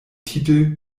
titel